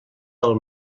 del